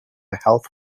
health